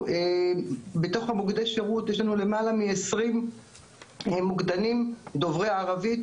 בתוך מוקדי השירות יש לנו למעלה מ-20 מוקדנים דוברי ערבית,